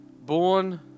born